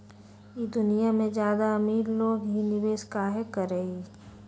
ई दुनिया में ज्यादा अमीर लोग ही निवेस काहे करई?